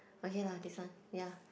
okay lah this one ya